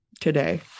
today